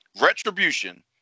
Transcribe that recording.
Retribution